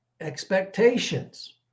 expectations